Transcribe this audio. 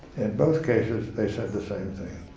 in both cases, they said the same thing.